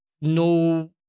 No